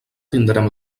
tindrem